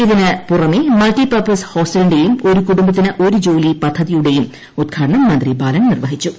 ഇതിന് പുറമെ multi purpose ഹോസ്റ്റലിന്റെയും ഒരു കുടുംബത്തിന് ഒരു ജോലി പദ്ധതിയുടെയും ഉദ്ഘാടനം മന്ത്രി ബാലൻ നിർവ്വഹിച്ചു